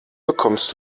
bekommst